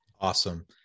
Awesome